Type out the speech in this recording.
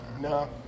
No